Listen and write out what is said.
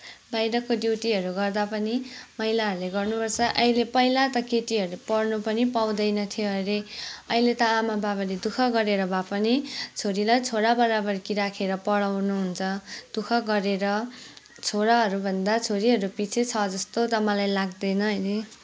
बाहिरको ड्युटीहरू गर्दा पनि महिलाहरूले गर्नु पर्छ अहिले पहिला त केटीहरूले पढ्न पनि पाउँदैन थियो अरे अहिले त आमाबाबाले दुःख गरेर भए पनि छोरीलाई छोरा बराबरकी राखेर पढाउनु हुन्छ दुःख गरेर छोराहरू भन्दा छोरीहरू पिछे छ जस्तो त मलाई लाग्दैन अनि